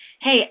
hey